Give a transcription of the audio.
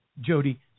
Jody